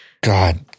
God